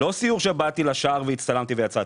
לא סיור שבאתי לשער והצטלמתי ויצאתי,